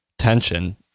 tension